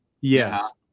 Yes